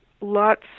lots